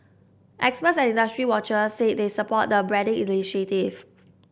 experts and industry watchers say they support the branding initiative